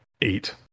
eight